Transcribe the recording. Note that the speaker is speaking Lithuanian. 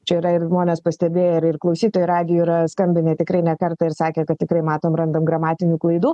čia yra ir žmonės pastebėję ir ir klausytojai radijuj yra skambinę tikrai ne kartą ir sakę kad tikrai matom randam gramatinių klaidų